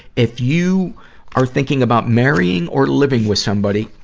if you are thinking about marrying or living with somebody.